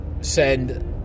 send